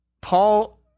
Paul